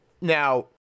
Now